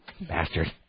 Bastard